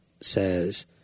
says